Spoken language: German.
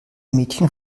mädchen